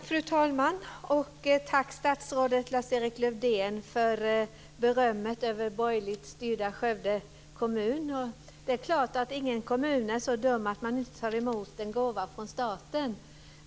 Fru talman! Tack statsrådet Lars-Erik Lövdén för berömmet av borgerligt styrda Skövde kommun! Det är klart att man i ingen kommun är så dum att man inte tar emot en gåva från staten.